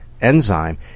enzyme